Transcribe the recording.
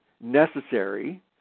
necessary